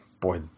Boy